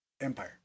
empire